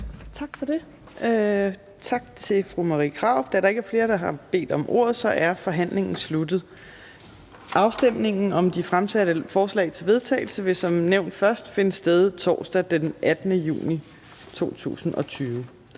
Torp): Tak til fru Marie Krarup. Da der ikke er flere, der har bedt om ordet, er forhandlingen sluttet. Afstemningen om de fremsatte forslag til vedtagelse vil som nævnt først finde sted torsdag den 18. juni 2020.